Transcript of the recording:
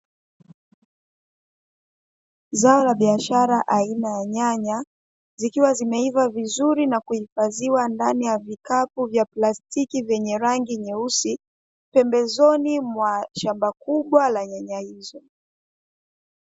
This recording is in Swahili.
Zao la biashara aina ya nyanya zikiwa zimeiva vizuri na kuhifadhiwa ndani ya vikapu vya plastki vyenye rangi nyeusi, pembezoni mwa shamba kubwa la nyanya hizo.